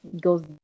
goes